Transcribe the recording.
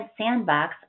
Sandbox